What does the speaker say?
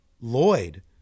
Lloyd